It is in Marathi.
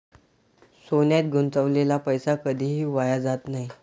सोन्यात गुंतवलेला पैसा कधीही वाया जात नाही